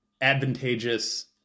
advantageous